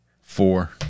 four